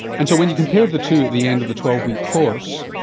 and so when you compared the two at the end of the twelve week course,